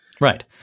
Right